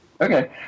Okay